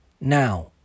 now